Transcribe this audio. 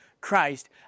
Christ